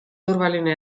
turvaline